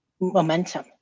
momentum